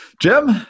Jim